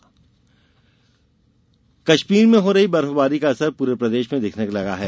मौसम कश्मीर में हो रही बर्फवारी का असर पूरे प्रदेश में दिखने लगा है